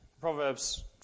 Proverbs